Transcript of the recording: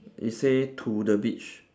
it say to the beach